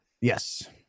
Yes